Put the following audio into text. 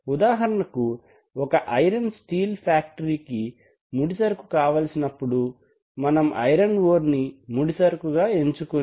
ఉదాహరణకు ఒక iron steel factory కి ముడి సరుకు కావలనప్పుడు మనం ఐరన్ ఓర్ ని ముడి సరుకుగా ఎంచుకుని